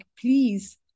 please